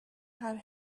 had